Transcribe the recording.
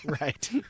Right